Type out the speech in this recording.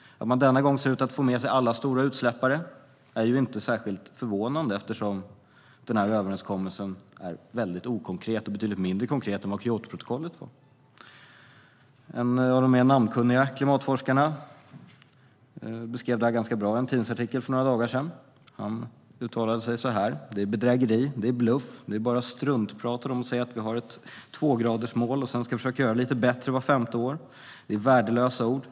Att man denna gång ser ut att få med sig alla stora utsläppare är inte särskilt förvånande, eftersom överenskommelsen är betydligt mindre konkret än vad Kyotoprotokollet var. En av de mer namnkunniga klimatforskarna beskrev det här ganska bra i en tidningsartikel för några dagar sedan. Han uttalade sig så här: Det är bedrägeri. Det är bluff. Det är bara struntprat av dem att säga att vi har ett tvågradersmål och sedan ska försöka göra lite bättre vart femte år. Det är värdelösa ord.